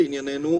לעניינו,